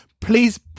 Please